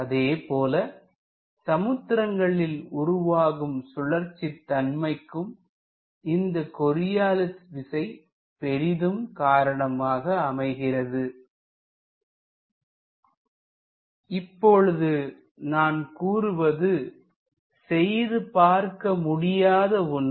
அதேபோல சமுத்திரங்களில் உருவாகும் சுழற்சி தன்மைக்கும் இந்த கொரியாலிஸ் விசை பெரிதும் காரணமாக அமைகிறது இப்பொழுது நான் கூறுவது செய்து பார்க்க முடியாத ஒன்று